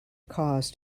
cause